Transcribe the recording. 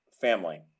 Family